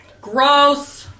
Gross